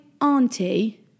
auntie